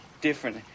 different